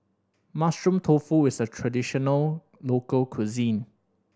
Mushroom Tofu is a traditional local cuisine